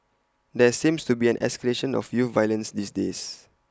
there seems to be an escalation of youth violence these days